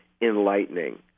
enlightening